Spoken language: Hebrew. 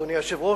אדוני היושב-ראש,